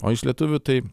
o iš lietuvių tai